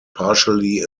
partially